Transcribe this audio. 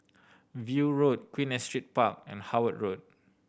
View Road Queen Astrid Park and Howard Road